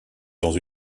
dans